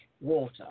water